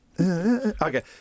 Okay